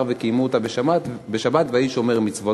שקיימו אותה בשבת והאיש שומר מצוות.